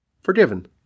forgiven